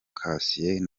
cassien